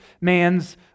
man's